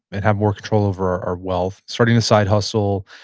and have more control over our wealth. starting a side hustle,